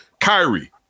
Kyrie